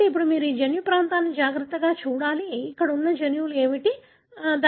కాబట్టి ఇప్పుడు మీరు ఆ జన్యు ప్రాంతాన్ని జాగ్రత్తగా చూడాలి అక్కడ ఉన్న జన్యువులు ఏమిటి సరేనా